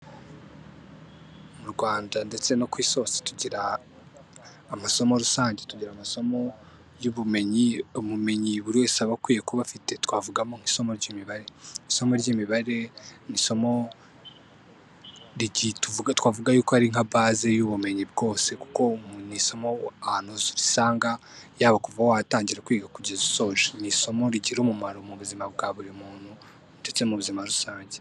Mu Rwanda ndetse no ku isi hose tugira amasomo rusange, tugira amasomo y'ubumenyi, ubumenyi buri wese aba akwiye kuba afite, twavugamo nk'isomo ry'imibare, isomo ry'imibare ni isomo twavuga yuko ari nka baze y'ubumenyi bwose, kuko ni isomo ahantu hose urisanga, yaba kuva watangira kwiga kugeza usoje, ni isomo rigira umumaro mu buzima bwa buri muntu, ndetse mu buzima rusange.